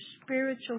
spiritual